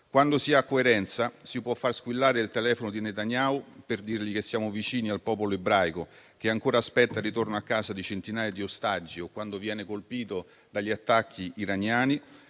Quando si ha coerenza, si può far squillare il telefono di Netanyahu, per dirgli che siamo vicini al popolo ebraico che ancora aspetta il ritorno a casa di centinaia di ostaggi o quando viene colpito dagli attacchi iraniani.